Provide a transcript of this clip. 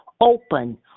open